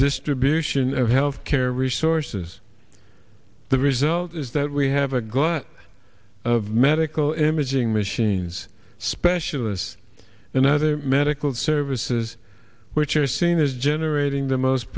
distribution of health care resources the result is that we have a glut of medical imaging machines specialists and other medical services which are seen as generating the most